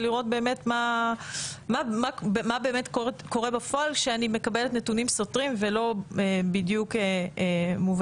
ולראות מה באמת קורה בפועל כשאני מקבלת נתונים סותרים ולא בדיוק מובנים,